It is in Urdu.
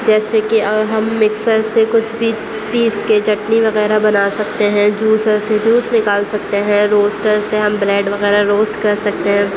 جیسے کہ ہم مکسر سے کچھ پیس کے چٹنی وغیرہ بنا سکتے ہیں جوسر سے جوس نکال سکتے ہیں روسٹر سے ہم بریڈ وغیرہ روسٹ کر سکتے ہیں